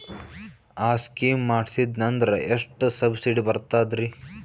ಆ ಸ್ಕೀಮ ಮಾಡ್ಸೀದ್ನಂದರ ಎಷ್ಟ ಸಬ್ಸಿಡಿ ಬರ್ತಾದ್ರೀ?